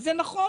זה נכון,